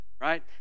Right